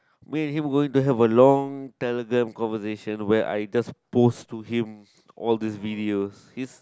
me and him going to have a long telegram conversation where I just post to him all these videos his